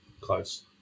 close